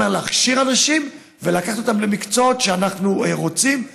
מהר להכשיר אנשים ולקחת אותם למקצועות שאנחנו רוצים,